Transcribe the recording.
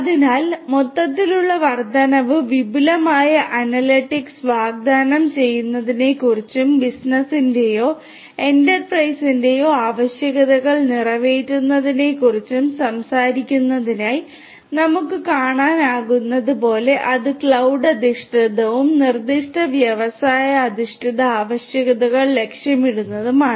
അതിനാൽ മൊത്തത്തിലുള്ള വർദ്ധനവ് വിപുലമായ അനലിറ്റിക്സ് വാഗ്ദാനം ചെയ്യുന്നതിനെക്കുറിച്ചും ബിസിനസ്സിന്റെയോ എന്റർപ്രൈസസിന്റെയോ ആവശ്യകതകൾ നിറവേറ്റുന്നതിനെക്കുറിച്ചും സംസാരിക്കുന്നതായി നമുക്ക് കാണാനാകുന്നതുപോലെ അത് ക്ലൌഡ് അധിഷ്ഠിതവും നിർദ്ദിഷ്ട വ്യവസായ അധിഷ്ഠിത ആവശ്യകതകൾ ലക്ഷ്യമിടുന്നതുമാണ്